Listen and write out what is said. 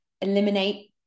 eliminate